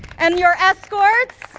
and your escorts,